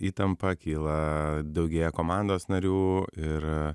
įtampa kyla daugėja komandos narių ir